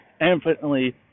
infinitely